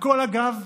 הכול, אגב,